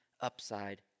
upside